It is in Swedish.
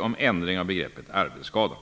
om ändring av begreppet arbetsskada.